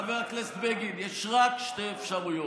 חבר הכנסת בגין, יש רק שתי אפשרויות: